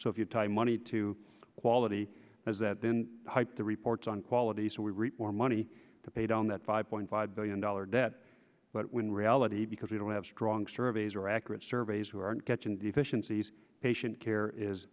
so if you take money to quality as that then hype the reports on quality so we reap more money to pay down that five point five billion dollars but when reality because we don't have strong surveys or accurate surveys who are getting deficiencies patient care is